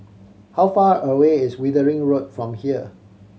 how far away is Wittering Road from here